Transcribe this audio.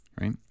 right